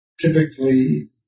typically